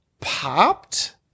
popped